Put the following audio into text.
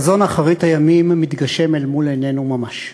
חזון אחרית הימים מתגשם אל מול עינינו ממש,